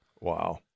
Wow